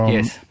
Yes